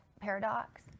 paradox